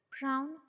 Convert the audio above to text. Brown